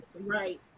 Right